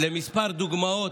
לכמה דוגמאות,